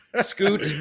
Scoot